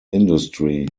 industry